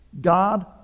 God